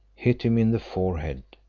hit him in the forehead,